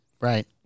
Right